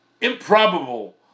improbable